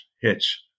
hits